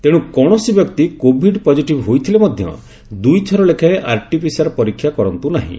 ତେଣୁ କୌଣସି ବ୍ୟକ୍ତି କୋଭିଡ ପଜିଟିଭ ହୋଇଥିଲେ ମଧ୍ୟ ଦୁଇଥର ଲେଖାଏଁ ଆରଟିପିସିଆର ପରୀକ୍ଷା କରନ୍ତୁ ନାହିଁ